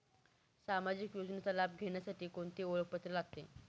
सामाजिक योजनेचा लाभ घेण्यासाठी कोणते ओळखपत्र लागते?